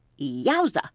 yowza